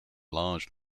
large